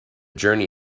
journey